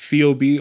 cob